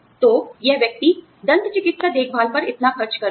तो यह व्यक्ति दंत चिकित्सा देखभाल पर इतना खर्च कर रहा है